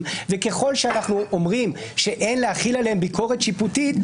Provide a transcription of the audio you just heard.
וככל שאנחנו אומרים שאין להחיל עליהם ביקורת שיפוטית,